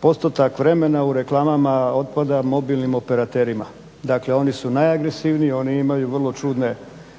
postotak vremena u reklamama otpada mobilnim operaterima, dakle oni su najagresivniji, oni imaju vrlo čudne